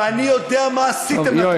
ברור.